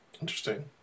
Interesting